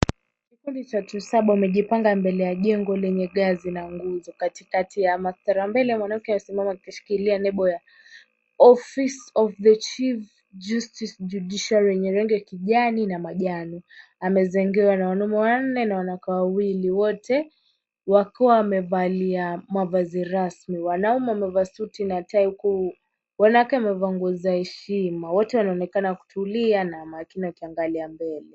Kikundi cha watu saba wamejipanga mbele ya jengo lenye ngazi, na nguzo. Katikati ya mandhari ya mbele mwanamke amesimama akishikilia nembo ya Office of the Chief Justice Judiciary , yenye rangi ya kijani na manjano. Amezingirwa na wanaume wanne na wanawake wawili, wote wakiwa wamevalia mavazi rasmi. Wanaume wamevaa suti na tai, huku wanawake wamevaa nguo za heshima. Wote wanaonekana kutulia na makini wakiangalia mbele.